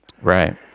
Right